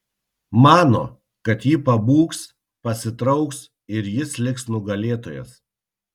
mano kad ji pabūgs pasitrauks ir jis liks nugalėtojas